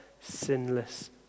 sinless